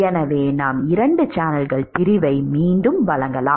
எனவே நாம் இரண்டு சேனல்கள் பிரிவை மீண்டும் வழங்கலாம்